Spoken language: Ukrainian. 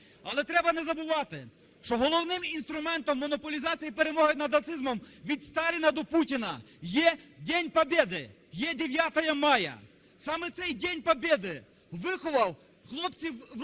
Але треба не забувати, що головним інструментом монополізації перемоги над нацизмом від Сталіна до Путіна є День победы, є 9 мая. Саме цей День победы виховав з хлопців,